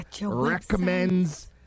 recommends